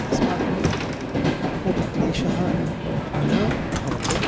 अस्माकं कोऽपि क्लेशः न अभवत्